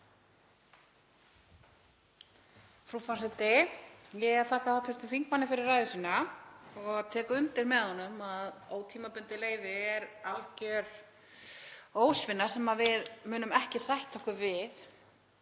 Frú forseti. Ég þakka hv. þingmanni fyrir ræðuna og tek undir með honum að ótímabundið leyfi er algjör ósvinna sem við munum ekki sætta okkur við.